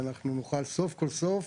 ואנחנו נוכל סוף כל סוף,